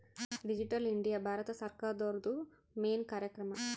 digital India Bharat ಸರ್ಕಾರ್ದೊರ್ದು main ಕಾರ್ಯಕ್ರಮ